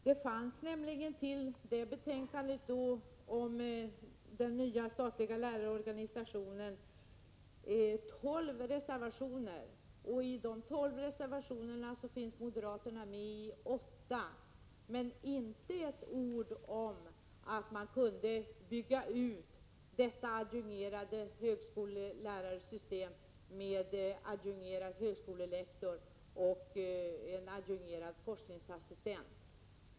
Det fanns nämligen till betänkandet om den nya statliga lärarorganisationen tolv reservationer. Av de tolv reservationerna var moderaterna med på åtta, men inte ett ord nämndes om att man kunde bygga ut systemet med adjungerade högskolelärare till att omfatta en adjungerad högskolelektor och en adjungerad forskningsassistent.